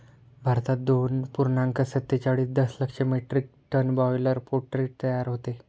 भारतात दोन पूर्णांक सत्तेचाळीस दशलक्ष मेट्रिक टन बॉयलर पोल्ट्री तयार होते